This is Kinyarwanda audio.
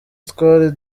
twari